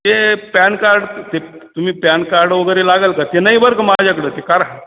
ते PAN card ते तुम्ही पॅन कार्ड वगैरे लागंल का ते नाही बरं का माझ्याकडं ते कार